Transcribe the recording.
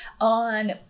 on